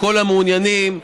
לכל המעוניינים,